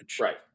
Right